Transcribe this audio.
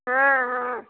हाँ हाँ